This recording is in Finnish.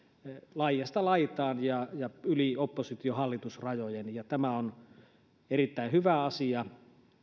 laidasta laitaan ja ja yli oppositio hallitus rajojen ja tämä on erittäin hyvä asia